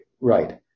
Right